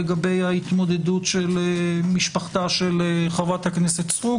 לגבי ההתמודדות של משפחתה של חברת הכנסת סטרוק.